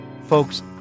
folks